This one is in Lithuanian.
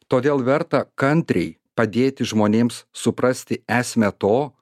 todėl verta kantriai padėti žmonėms suprasti esmę to